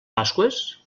pasqües